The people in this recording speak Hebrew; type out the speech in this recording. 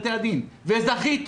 וזכיתי